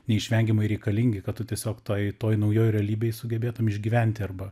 neišvengiamai reikalingi kad tu tiesiog toj toj naujoj realybėj sugebėtum išgyventi arba